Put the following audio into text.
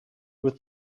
with